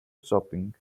shopping